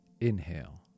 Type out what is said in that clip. Inhale